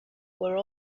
were